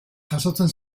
jasotzen